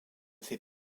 fait